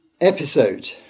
episode